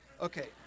Okay